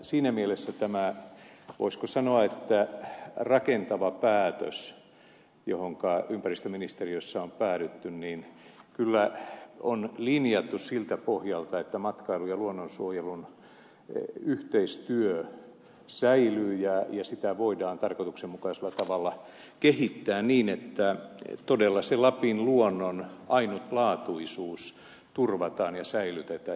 siinä mielessä tämä voisiko sanoa rakentava päätös johonka ympäristöministeriössä on päädytty kyllä on linjattu siltä pohjalta että matkailun ja luonnonsuojelun yhteistyö säilyy ja sitä voidaan tarkoituksenmukaisella tavalla kehittää niin että todella se lapin luonnon ainutlaatuisuus turvataan ja säilytetään